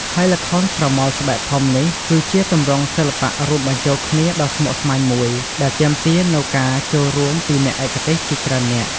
ហើយល្ខោនស្រមោលស្បែកធំនេះ គឺជាទម្រង់សិល្បៈរួមបញ្ចូលគ្នាដ៏ស្មុគស្មាញមួយ ដែលទាមទារនូវការចូលរួមពីអ្នកឯកទេសជាច្រើននាក់។